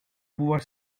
pouvoir